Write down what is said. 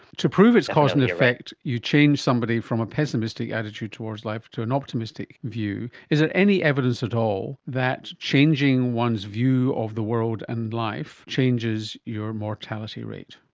to prove it's cause and effect you change somebody from a pessimistic attitude towards life to an optimistic view. is there any evidence at all that changing one's view of the world and life changes your mortality rate?